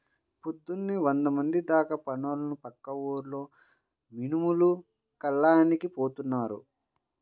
పొద్దున్నే వందమంది దాకా పనోళ్ళు పక్క ఊర్లో మినుములు కల్లానికని పోతున్నారు